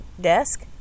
desk